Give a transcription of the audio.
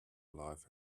live